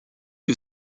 que